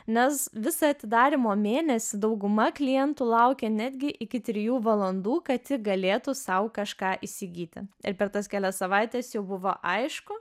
nes visą atidarymo mėnesį dauguma klientų laukė netgi iki trijų valandų kad tik galėtų sau kažką įsigyti ir per tas kelias savaites jau buvo aišku